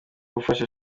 gufasha